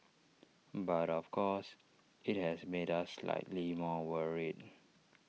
but of course IT has made us slightly more worried